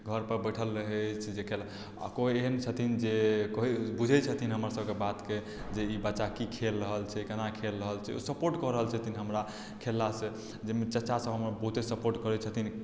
घर पर बैठल रहै अछि आ कोई एहन छथिन जे बुझै छथिन हमर सभके बातकेँ जे ई बच्चा की खेल रहल छै केना खेल रहल छै ओ सपोर्ट कऽ रहल छथिन हमरा खेलला से जाहिमे चाचा हमर बहुते सपोर्ट करै छथिन